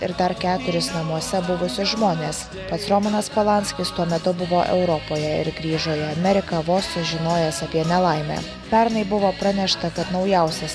ir dar keturis namuose buvusius žmones pats romanas polanskis tuo metu buvo europoje ir grįžo į ameriką vos sužinojęs apie nelaimę pernai buvo pranešta kad naujausias